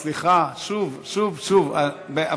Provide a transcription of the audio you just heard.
סליחה, שוב, שוב, שוב, בעוונותי